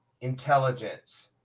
intelligence